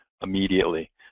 immediately